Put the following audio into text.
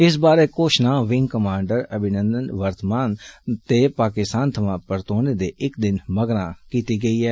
इस बारै घोशणा विंग कमांडर अभिनंदन वर्तमान दे पाकिस्तान थमां परतोने दे इक दिन मगरा कीती गेई ही